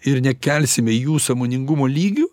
ir nekelsime jų sąmoningumo lygių